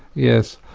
yes.